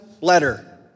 letter